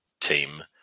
team